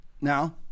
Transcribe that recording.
now